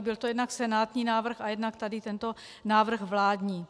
Byl to jednak senátní návrh a jednak tady tento návrh vládní.